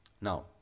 Now